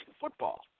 football